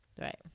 right